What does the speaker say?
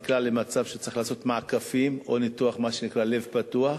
נקלע למצב שהוא צריך ניתוח מעקפים או ניתוח לב פתוח,